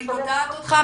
אני קוטעת אותך,